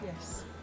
Yes